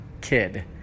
kid